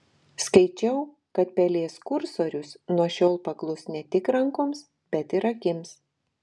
skaičiau kad pelės kursorius nuo šiol paklus ne tik rankoms bet ir akims